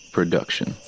Production